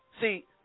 See